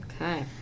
Okay